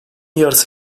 yarısı